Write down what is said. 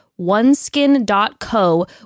oneskin.co